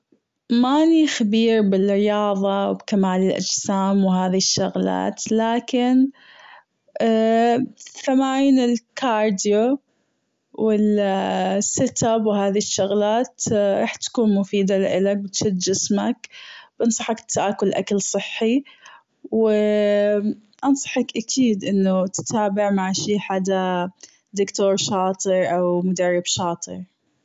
ماني خبير بالرياضة وكمال الأجسام وهاذي الشغلات لكن تمارين الكارديو و السيت اب وهذي الشغلات راح تكون مفيدة لإلك بتشد جسمك بنصحك تاكل أكل صحي وبنصحك أكيد أنه تتابع مع شي حدا دكتور شاطر أو مدرب شاطر.